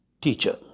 teacher